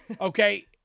okay